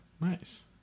Nice